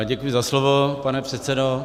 Děkuji za slovo, pane předsedo.